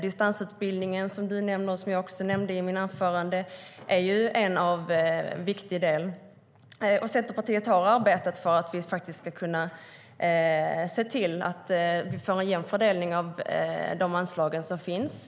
Distansutbildningen, som du nämnde och som jag också nämnde i mitt anförande, är en viktig del. Centerpartiet har arbetat för att vi ska kunna få en jämn fördelning av anslagen.